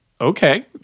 okay